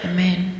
Amen